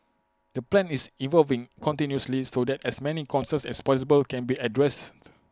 the plan is evolving continuously so that as many concerns as possible can be addressed